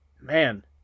Man